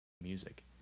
music